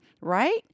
right